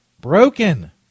Broken